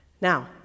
Now